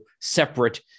separate